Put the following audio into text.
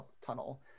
tunnel